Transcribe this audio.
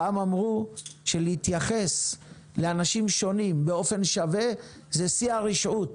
פעם אמרו שלהתייחס לאנשים שונים באופן שווה זה שיא הרשעות.